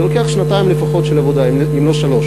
זה לוקח לפחות שנתיים של עבודה, אם לא שלוש.